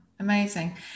Amazing